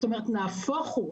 זאת אומרת, נהפוך הוא.